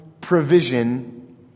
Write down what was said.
provision